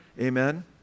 Amen